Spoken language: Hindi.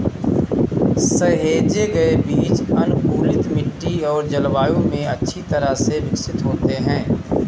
सहेजे गए बीज अनुकूलित मिट्टी और जलवायु में अच्छी तरह से विकसित होते हैं